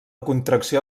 contracció